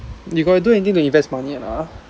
you got do anything to invest money or not ah